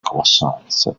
croissance